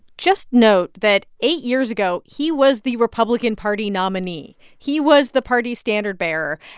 just note that eight years ago, he was the republican party nominee. he was the party's standard bearer.